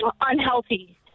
unhealthy